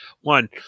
One